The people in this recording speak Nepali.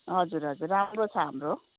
हजुर हजुर राम्रो छ हाम्रो